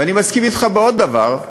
ואני מסכים אתך בעוד דבר,